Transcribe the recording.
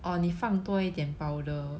or 你放多一点 powder